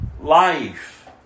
life